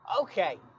Okay